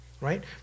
right